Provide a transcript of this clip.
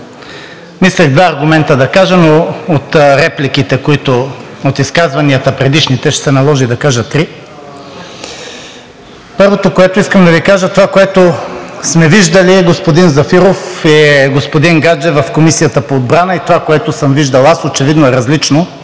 Мислех два аргумента да кажа, но от предишните изказвания ще се наложи да кажа три. Първото, което искам да Ви кажа: това, което сме виждали, господин Зафиров и господин Гаджев, в Комисията по отбрана, и това, което съм виждал, очевидно е различно,